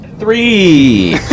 Three